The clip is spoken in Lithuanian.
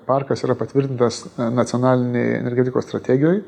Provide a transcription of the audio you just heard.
parkas yra patvirtintas nacionalinėj energetikos strategijoj